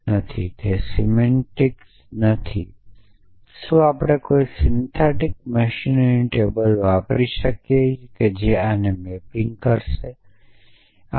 તે સિમેન્ટિક્સ નથી તેથી તે અર્થ દર્શાવતુ નથી શું આપણે કોઈ સિન્થેટીક મશીનરીનું ટેબલ વાપરી શકીએ છીએ જે આને મેપિંગ કરી શકે